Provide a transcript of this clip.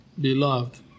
Beloved